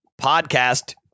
Podcast